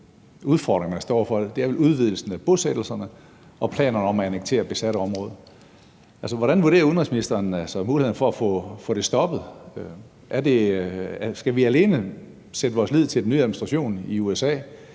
vel er udvidelsen af bosættelserne og planerne om at annektere besatte områder. Altså, hvordan vurderer udenrigsministeren så mulighederne for at få det stoppet? Skal vi alene sætte vores lid til den nye administration i USA,